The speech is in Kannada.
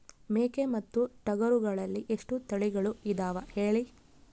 ಮೇಕೆ ಮತ್ತು ಟಗರುಗಳಲ್ಲಿ ಎಷ್ಟು ತಳಿಗಳು ಇದಾವ ಹೇಳಿ?